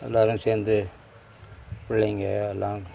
எல்லோரும் சேர்ந்து பிள்ளைங்க எல்லாம்